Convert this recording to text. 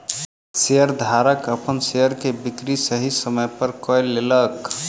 शेयरधारक अपन शेयर के बिक्री सही समय पर कय लेलक